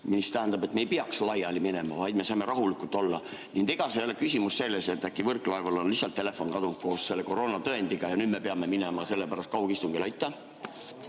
mis tähendab, et me ei peaks laiali minema, vaid me saame rahulikult olla. Ega siin ei ole küsimus selles, et äkki Võrklaeval on lihtsalt telefon kadunud koos selle koroonatõendiga ja nüüd me peame minema sellepärast kaugistungile?